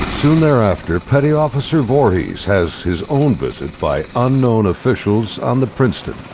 soon thereafter, petty officer voorhis has his own visit by unknown officials on the princeton.